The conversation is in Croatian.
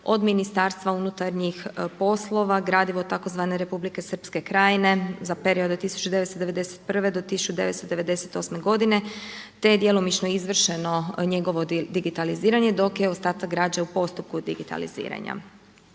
od Ministarstva unutarnjih poslova gradivo tzv. Republike Srpske Krajine za periode 1991. do 1998. godine te je djelomično izvršeno njegovo digitaliziranje dok je ostatak građe u postupku digitaliziranja.